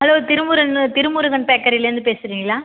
hello Thiru Murugan Thiru Murugan பேக்கரிலேருந்து பேசுறிங்களா